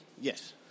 Yes